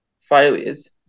failures